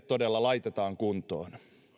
todella laitetaan kuntoon